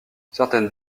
certaines